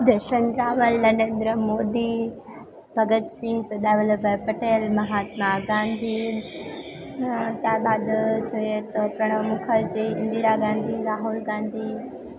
દર્શન રાવલ નરેન્દ્ર મોદી ભગત સિંહ સરદાર વલ્લભ ભાઈ પટેલ મહાત્મા ગાંધી ત્યારબાદ જોઈએ તો પ્રણવ મુખર્જી ઇન્દિરા ગાંધી રાહુલ ગાંધી